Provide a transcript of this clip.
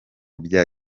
bya